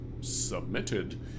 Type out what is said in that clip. submitted